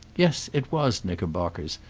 yes it was knickerbockers,